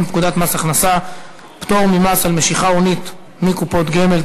פקודת מס הכנסה (פטור ממס על משיכה הונית מקופת גמל),